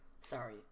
Sorry